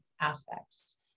aspects